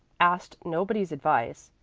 asked nobody's advice,